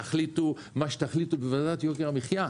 תחליטו מה שתחליטו בוועדת יוקר המחייה,